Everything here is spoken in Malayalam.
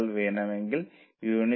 75 നെ 0